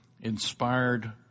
inspired